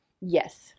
Yes